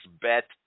Bet